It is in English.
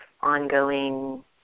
ongoing